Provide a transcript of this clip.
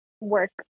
work